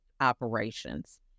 operations